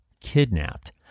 kidnapped